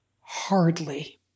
hardly